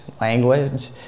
language